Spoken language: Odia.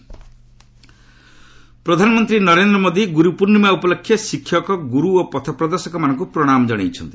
ପିଏମ୍ ଗୁରୁପୂର୍ଣ୍ଣିମା ପ୍ରଧାନମନ୍ତ୍ରୀ ନରେନ୍ଦ୍ର ମୋଦି ଗୁରୁପୁର୍ଷିମା ଉପଲକ୍ଷେ ଶିକ୍ଷକ ଗୁରୁ ଓ ପଥପ୍ରଦର୍ଶକ ମାନଙ୍କୁ ପ୍ରଶାମ ଜଣାଇଛନ୍ତି